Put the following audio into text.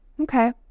Okay